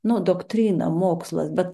nu doktrina mokslas bet